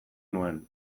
nuen